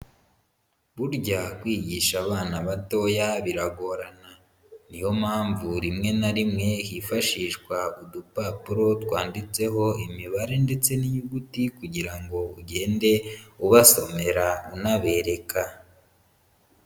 Burya kwigisha abana batoya biragorana. Ni yo mpamvu rimwe na rimwe hifashishwa udupapuro twanditseho imibare ndetse n'inyuguti kugira ngo ugende ubasomera unabereka.